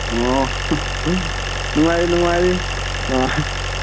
ꯑꯣ ꯅꯨꯡꯉꯥꯏꯔꯤ ꯅꯨꯡꯉꯥꯏꯔꯤ ꯑꯥ